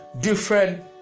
different